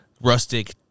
rustic